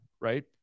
right